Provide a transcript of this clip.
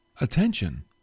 attention